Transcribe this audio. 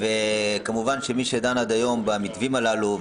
מי שדן עד היום במתווים הללו והעביר,